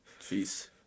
Jeez